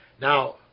Now